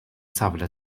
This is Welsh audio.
safle